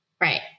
Right